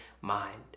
mind